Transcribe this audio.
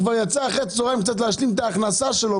זה כסף של משלמי המסים,